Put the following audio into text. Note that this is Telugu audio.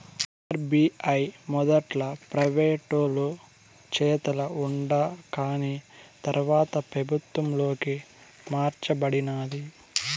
ఆర్బీఐ మొదట్ల ప్రైవేటోలు చేతల ఉండాకాని తర్వాత పెబుత్వంలోకి మార్స బడినాది